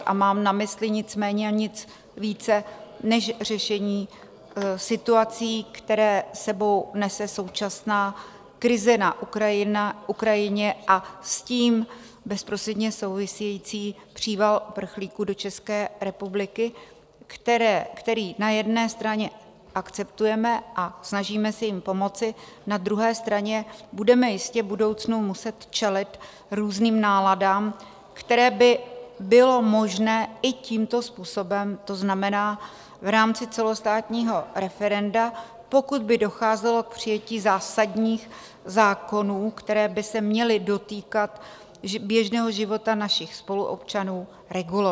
A mám na mysli nicméně nic více než řešení situací, které s sebou nese současná krize na Ukrajině a s tím bezprostředně související příval uprchlíků do České republiky, který na jedné straně akceptujeme a snažíme se jim pomoci, na druhé straně budeme jistě v budoucnu muset čelit různým náladám, které by bylo možné i tímto způsobem, to znamená v rámci celostátního referenda, pokud by docházelo k přijetí zásadních zákonů, které by se měly dotýkat běžného života našich spoluobčanů, regulovat.